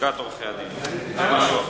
לשכת עורכי-הדין זה משהו אחר.